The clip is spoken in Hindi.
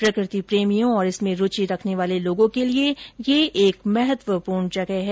प्रकृति प्रेमियों और इसमें रूचि रखने वाले लोगों के लिये ये एक महत्वपूर्ण जगह है